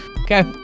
okay